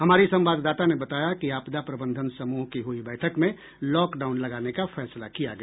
हमारी संवाददाता ने बताया कि आपदा प्रबंधन समूह की हुई बैठक में लॉकडाउन लगाने का फैसला किया गया